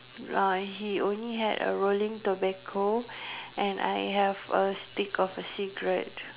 uh he only had a rolling tobacco and I have a stick of a cigarette